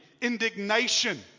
indignation